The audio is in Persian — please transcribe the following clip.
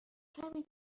کمی